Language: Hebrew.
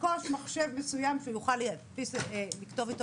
לרכוש מחשב מסוים שהוא יוכל לכתוב איתו